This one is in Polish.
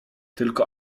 tylko